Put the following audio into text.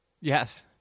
Yes